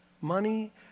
money